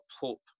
hope